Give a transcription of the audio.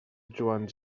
joans